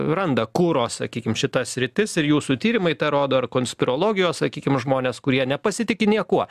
randa kuro sakykim šita sritis ir jūsų tyrimai tą rodo ar konspirologijos sakykim žmonės kurie nepasitiki niekuo